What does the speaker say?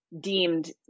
deemed